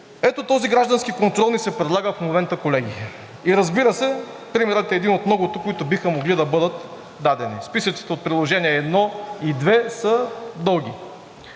Ето този граждански контрол ни се предлага в момента, колеги. И разбира се, примерът е един от многото, които биха могли да бъдат дадени. Списъците от Приложение 1 и 2 са дълги.